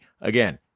Again